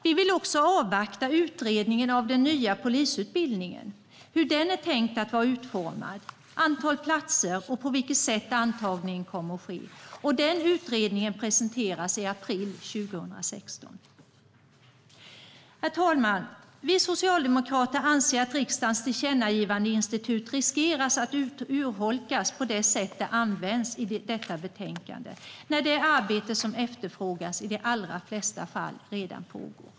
Vi vill också avvakta utredningen om den nya polisutbildningen - det handlar om hur den är tänkt att vara utformad, antal platser och på vilket sätt antagningen kommer att ske. Den utredningen presenteras i april 2016. Herr talman! Vi socialdemokrater anser att riksdagens tillkännagivandeinstitut riskerar att urholkas på det sätt det används i detta betänkande, när det arbete som efterfrågas i de allra flesta fall redan pågår.